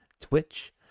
Twitch